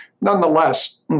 Nonetheless